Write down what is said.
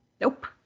Nope